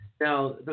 Now